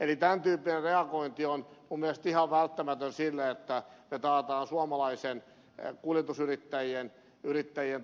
eli tämän tyyppinen reagointi on minun mielestäni ihan välttämätöntä että taataan suomalaisten kuljetusyrittäjien